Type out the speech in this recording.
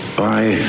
bye